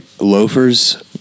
loafers